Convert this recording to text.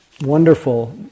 wonderful